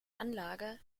anlage